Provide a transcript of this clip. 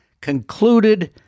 concluded